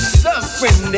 suffering